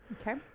Okay